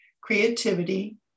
creativity